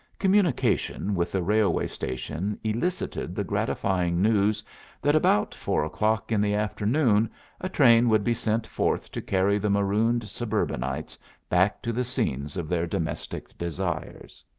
communication with the railway station elicited the gratifying news that about four o'clock in the afternoon a train would be sent forth to carry the marooned suburbanites back to the scenes of their domestic desires.